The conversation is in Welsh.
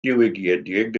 diwygiedig